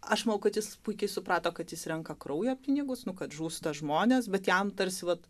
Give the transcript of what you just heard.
aš manau kad jis puikiai suprato kad jis renka kraujo pinigus nu kad žūsta žmonės bet jam tarsi vat